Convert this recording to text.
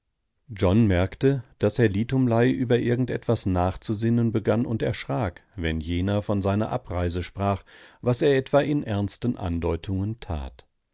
john merkte daß herr litumlei über irgend etwas nachzusinnen begann und erschrak wenn jener von seiner abreise sprach was er etwa in ernsten andeutungen tat